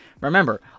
Remember